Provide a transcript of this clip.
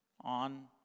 On